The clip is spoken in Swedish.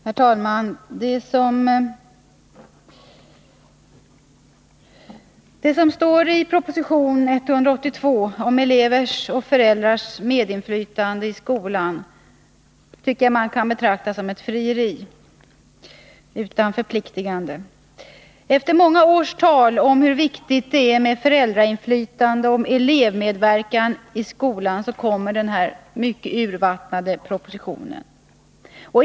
Herr talman! Det som står i proposition 1979/80:182 om elevers och föräldrars medinflytande i skolan tycker jag man kan betrakta som ett frieri utan förpliktelser. Efter många års tal om hur viktigt det är med föräldrainflytande och elevmedverkan i skolan kommer den här mycket urvattnade propositionen.